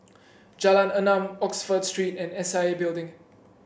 Jalan Enam Oxford Street and S I A Building